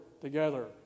together